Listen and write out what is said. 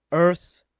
earth,